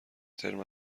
ترم